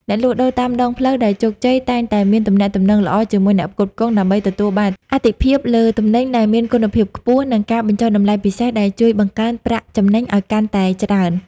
អ្នកលក់ដូរតាមដងផ្លូវដែលជោគជ័យ តែងតែមានទំនាក់ទំនងល្អជាមួយអ្នកផ្គត់ផ្គង់ដើម្បីទទួលបានអាទិភាពលើទំនិញដែលមានគុណភាពខ្ពស់ និងការបញ្ចុះតម្លៃពិសេសដែលជួយបង្កើនប្រាក់ចំណេញឱ្យកាន់តែច្រើន។